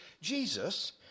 Jesus